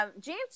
James